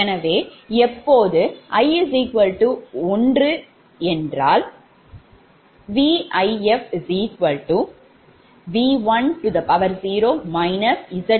எனவே எப்போது 𝑖 1 V1fV10 Z23 V3 0Z331 j0